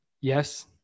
yes